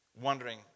wondering